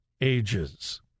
ages